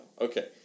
Okay